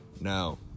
Now